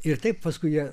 ir taip paskui jie